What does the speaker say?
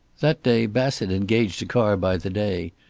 that day bassett engaged a car by the day,